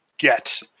get